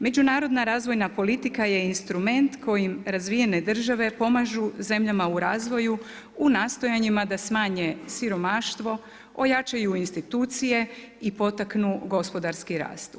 Međunarodna razvojna politika je instrument kojim razvijene države pomažu zemljama u razvoju u nastojanjima da smanje siromaštvo, ojačaju institucije i potaknu gospodarski rasta.